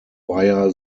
via